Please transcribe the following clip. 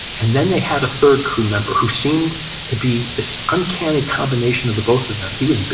and then they had a third crew member, who seemed to be this uncanny combination of the both of them. he was,